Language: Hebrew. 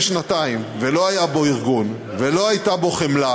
שנתיים ולא היה בו ארגון ולא הייתה בו חמלה,